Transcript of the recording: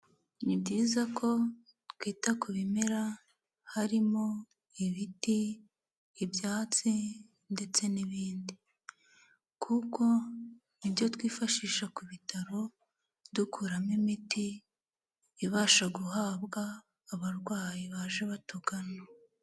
Ni byiza ko twita ku bimera harimo :ibiti ,ibyatsi ndetse n'ibindi kuko nibyo twifashisha ku bitaro dukuramo imiti ibasha guhabwa abarwayi baje batugana.